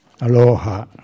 Aloha